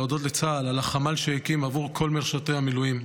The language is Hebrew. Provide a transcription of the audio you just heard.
אני מבקש להודות לצה"ל על החמ"ל שהקים עבור כל משרתי המילואים.